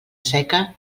seca